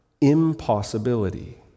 impossibility